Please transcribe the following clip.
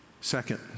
Second